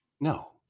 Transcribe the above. No